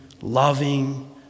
loving